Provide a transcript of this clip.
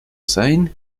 sein